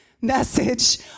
message